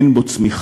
אין בו צמיחה,